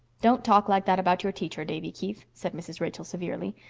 don't talk like that about your teacher, davy keith, said mrs. rachel severely.